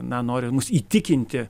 na nori mus įtikinti